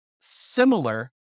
similar